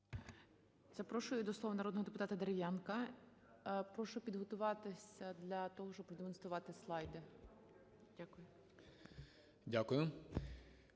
Дякую.